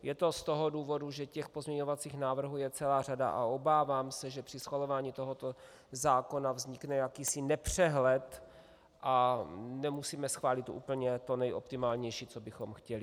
Je to z toho důvodu, že těch pozměňovacích návrhů je celá řada a obávám se, že při schvalování tohoto zákona vznikne jakýsi nepřehled a nemusíme schválit úplně to nejoptimálnější, co bychom chtěli.